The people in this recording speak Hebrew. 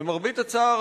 למרבה הצער,